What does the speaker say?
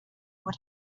what